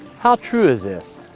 how true is this?